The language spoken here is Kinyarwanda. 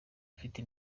afite